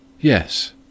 Yes